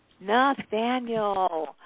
Nathaniel